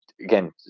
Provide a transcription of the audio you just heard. again